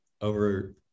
over